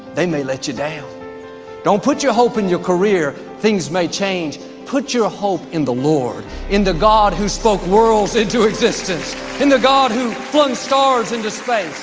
they may let you down don't put your hope in your career. things may change put your hope in the lord in the god who spoke worlds into existence in the god who flung stars into space